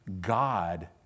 God